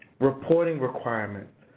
reporting requirements,